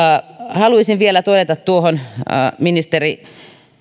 haluaisin vielä todeta tuohon kun ministeri